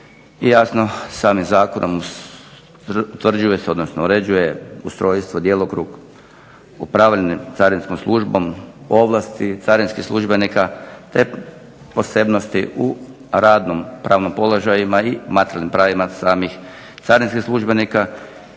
jasno, samim zakonom utvrđuje se odnosno uređuje ustrojstvo, djelokrug, upravljanje carinskom službom, ovlasti carinskih službenika te posebnosti u radno-pravnim položajima i materijalnim pravima samih carinskih službenika,